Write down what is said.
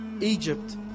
Egypt